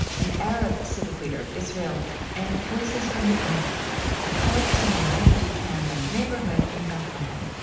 an arab civic leader of israel and voices from the aida camp, a palestinian refugee camp and neighborhood in bethlehem.